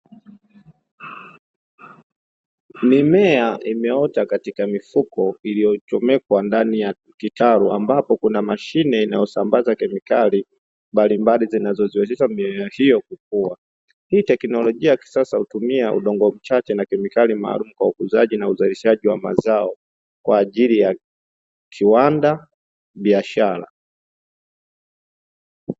Mimea imeota katika mifuko iliyochomekwa ndani ya kitalu ambapo kuna mashine inayosambaza kemikali mbalimbali zinazoziwezesha mimea hiyo kukua. Hii teknolojia ya kisasa hutumia udongo mchache na kemikali maalumu kwa ukuzaji na uzalishaji wa mazao kwa ajili ya kiwanda biashara.